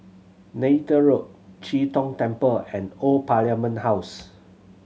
Neythal Road Chee Tong Temple and Old Parliament House